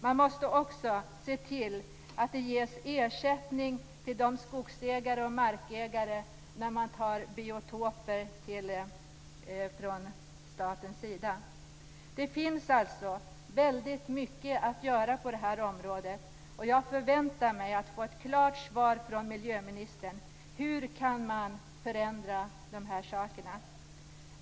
Man måste också se till att det ges ersättning till skogsägare och markägare när man från statens sida tar biotoper. Det finns alltså väldigt mycket att göra på detta område, och jag förväntar mig ett klart svar från miljöministern. Hur kan man förändra dessa saker?